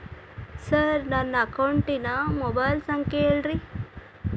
sir ನನ್ನ ಅಕೌಂಟಿನ mobile ಸಂಖ್ಯೆ ಹೇಳಿರಿ